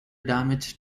damage